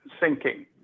sinking